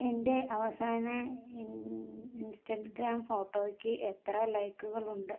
എൻ്റെ അവസാന in Instagram ഫോട്ടോയ്ക്ക് എത്ര ലൈക്കുകൾ ഉണ്ട്